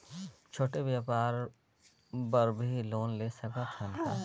छोटे व्यापार बर भी लोन ले सकत हन का?